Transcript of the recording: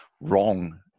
wrong